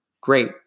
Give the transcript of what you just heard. Great